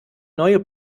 neue